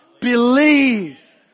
Believe